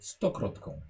Stokrotką